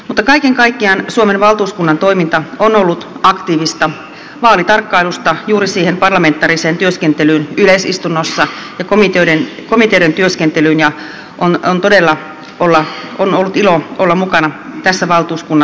mutta kaiken kaikkiaan suomen valtuuskunnan toiminta on ollut aktiivista vaalitarkkailusta juuri siihen parlamentaariseen työskentelyyn yleisistunnossa ja komiteoiden työskentelyyn ja on todella ollut ilo olla mukana tässä valtuuskunnassa